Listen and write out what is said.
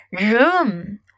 Room